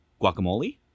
Guacamole